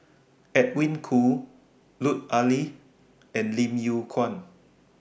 Edwin Koo Lut Ali and Lim Yew Kuan